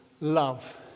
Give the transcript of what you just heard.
love